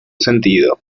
sentido